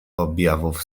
objawów